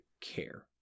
care